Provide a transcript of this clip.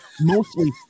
mostly